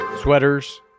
Sweaters